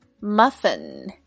Muffin